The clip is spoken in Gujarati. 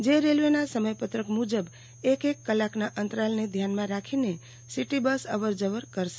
જે રેલ્વેના સમય પત્રક મુજબ એક એક કલાકના અંતરાલને ધ્યાનમાં રાખીને સીટી બસ અવર જવર કરશે